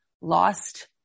lost